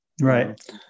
Right